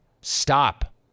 Stop